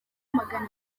magana